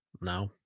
No